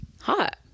Hot